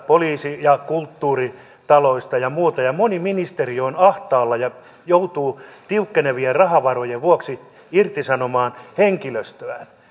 poliisi ja kulttuuritaloista ja muualta moni ministeri on ahtaalla ja joutuu tiukkenevien rahavarojen vuoksi irtisanomaan henkilöstöä